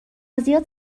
زیاد